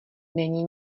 není